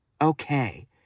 okay